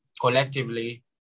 collectively